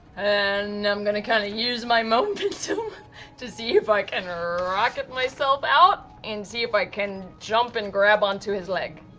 and i'm going to kind of use my momentum to see if i can rocket myself out and see if i can jump and grab onto his leg.